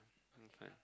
okay